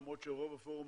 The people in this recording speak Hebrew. למרות שרוב הפורום,